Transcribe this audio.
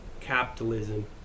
capitalism